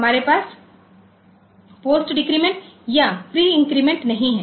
हमारे पास post decrement और प्री इन्क्रीमेंट नहीं है